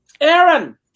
Aaron